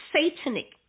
satanic